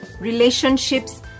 relationships